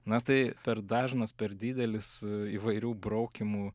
na tai per dažnas per didelis įvairių braukymų